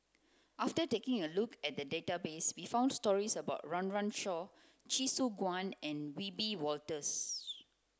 after taking a look at the database we found stories about Run Run Shaw Chee Soon Juan and Wiebe Wolters